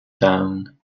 down